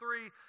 three